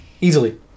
easily